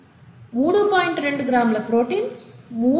2 గ్రాముల ప్రోటీన్ 3